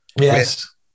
Yes